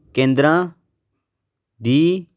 ਕੇਂਦਰਾਂ ਦੀ